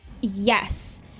Yes